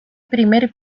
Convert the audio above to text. primer